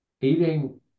eating